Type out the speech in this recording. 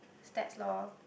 stats loh